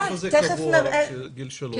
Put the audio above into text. איפה זה קבוע גיל שלוש?